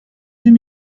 deux